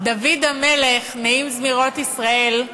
דוד המלך, נעים זמירות ישראל,